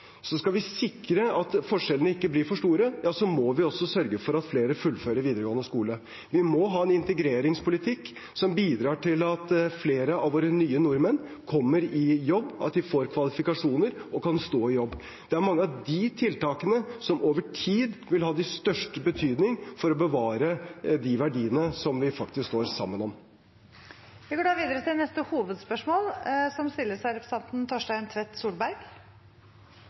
Skal vi sikre at forskjellene ikke blir for store, må vi også sørge for at flere fullfører videregående skole. Vi må ha en integreringspolitikk som bidrar til at flere av våre nye nordmenn kommer i jobb, at de får kvalifikasjoner og kan stå i jobb. Det er mange av de tiltakene som over tid vil ha størst betydning for å bevare de verdiene vi faktisk står sammen om. Vi går videre til neste hovedspørsmål.